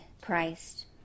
Christ